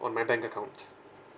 on my bank account